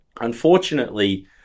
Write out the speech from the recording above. Unfortunately